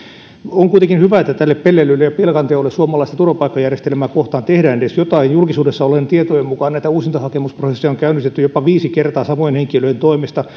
on kuitenkin hyvä että tälle pelleilylle ja pilkanteolle suomalaista turvapaikkajärjestelmää kohtaan tehdään edes jotain julkisuudessa olleiden tietojen mukaan uusintahakemusprosesseja on käynnistetty jopa viisi kertaa samojen henkilöiden toimesta